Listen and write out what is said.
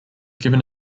given